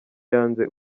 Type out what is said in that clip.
yanze